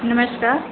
नमस्कार